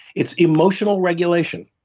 it's emotional regulation.